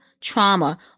trauma